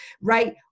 right